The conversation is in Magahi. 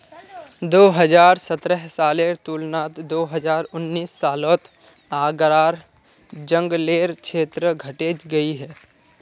दो हज़ार सतरह सालेर तुलनात दो हज़ार उन्नीस सालोत आग्रार जन्ग्लेर क्षेत्र घटे गहिये